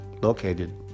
located